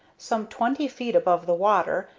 some twenty feet above the water,